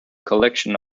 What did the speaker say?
collection